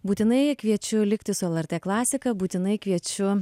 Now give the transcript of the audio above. būtinai kviečiu likti su lrt klasika būtinai kviečiu